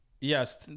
Yes